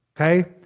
Okay